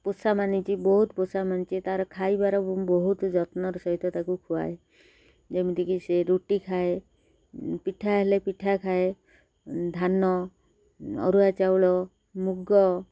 ପୋଷା ମାନିଛି ବହୁତ ପୋଷା ମାନିଛି ତା'ର ଖାଇବାର ବହୁତ ଯତ୍ନର ସହିତ ତାକୁ ଖୁଆଏ ଯେମିତିକି ସେ ରୁଟି ଖାଏ ପିଠା ହେଲେ ପିଠା ଖାଏ ଧାନ ଅରୁଆ ଚାଉଳ ମୁଗ